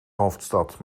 hoofdstad